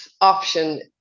option